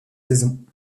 saison